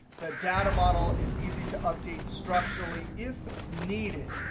the data model is easy to update structurally if needed.